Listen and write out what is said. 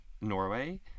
Norway